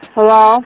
Hello